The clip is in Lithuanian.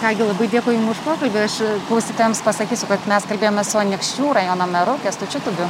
ką gi labai dėkui jum už pokalbį aš klausytojams pasakysiu kad mes kalbėjomės su anykščių rajono meru kęstučiu tubiu